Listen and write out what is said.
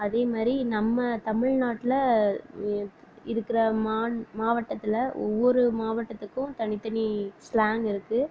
அதேமாதிரி நம்ம தமிழ்நாட்டில் இருக்கிற மா மாவட்டத்தில் ஒவ்வொரு மாவட்டத்துக்கும் தனி தனி ஸ்லாங்கு இருக்குது